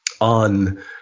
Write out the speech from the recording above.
on